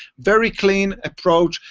very clean approach.